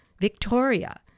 Victoria